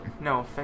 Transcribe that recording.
No